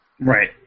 Right